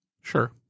Sure